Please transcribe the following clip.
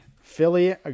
philly